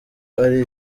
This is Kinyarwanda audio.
ari